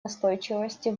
настойчивости